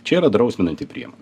čia yra drausminanti priemonė